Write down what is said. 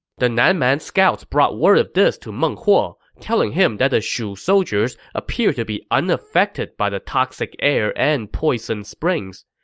the nan man scouts brought word of this to meng huo, telling him that the shu soldiers appeared to be unaffected by the toxic air and poisoned springs.